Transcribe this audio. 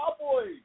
Cowboys